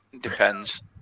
depends